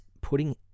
putting